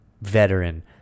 veteran